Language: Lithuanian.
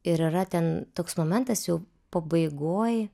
ir yra ten toks momentas jau pabaigoj